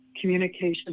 communication